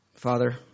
Father